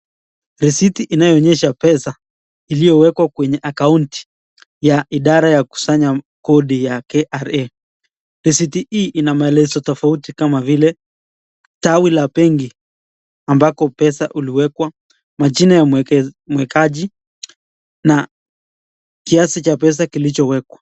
Risiti inayoonyesha pesa iliyowekwa kwenye akaunti ya idara ya kusanya kodi ya KRA.Risiti hii ina maelezo tofauti kama vile tawi la benki, ambako pesa iliwekwa, majina ya mwekezaji na kiasi ya pesa kilichowekwa.